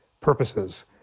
purposes